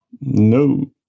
No